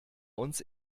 uns